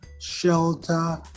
shelter